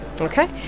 okay